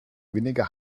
weniger